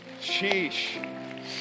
Sheesh